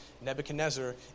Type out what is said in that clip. Nebuchadnezzar